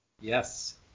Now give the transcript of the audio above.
Yes